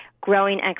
growing